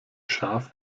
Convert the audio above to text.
schaf